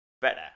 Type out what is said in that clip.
better